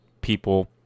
people